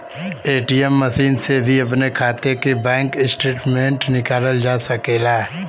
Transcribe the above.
ATM machine से भी अपने खाता के बैंक स्टेटमेंट निकालल जा सकेला